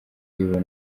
iyobowe